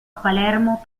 palermo